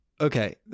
okay